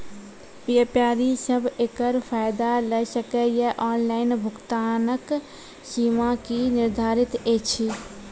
व्यापारी सब एकरऽ फायदा ले सकै ये? ऑनलाइन भुगतानक सीमा की निर्धारित ऐछि?